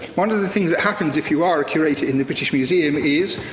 one of the things that happens if you are a curator in the british museum is,